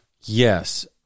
yes